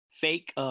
fake